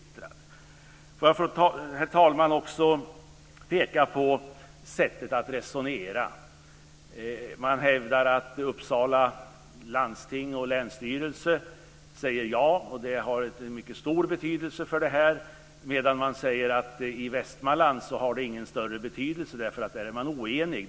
Får jag, herr talman, också peka på sättet att resonera. Man hävdar att Uppsala landsting och länsstyrelse säger ja, vilket har mycket stor betydelse för det här. I Västmanland däremot har det, sägs det, ingen större betydelse därför att där är man oenig.